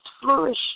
flourish